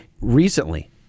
Recently